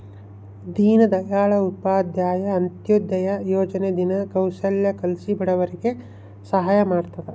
ದೀನ್ ದಯಾಳ್ ಉಪಾಧ್ಯಾಯ ಅಂತ್ಯೋದಯ ಯೋಜನೆ ದಿನ ಕೌಶಲ್ಯ ಕಲ್ಸಿ ಬಡವರಿಗೆ ಸಹಾಯ ಮಾಡ್ತದ